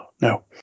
no